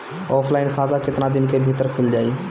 Offline खाता केतना दिन के भीतर खुल जाई?